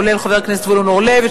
כולל חבר הכנסת זבולון אורלב,